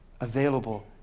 available